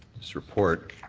this report,